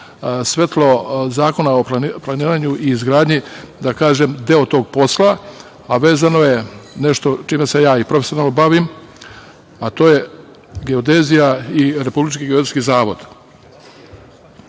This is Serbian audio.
svetlo Zakona o planiranju i izgradnji da kažem deo tog posla, a vezano je za nešto čime se ja i profesionalno bavim, a to je geodezija i Republički geodetski zavod. Ovaj